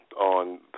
on